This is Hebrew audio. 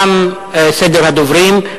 תם סדר הדוברים.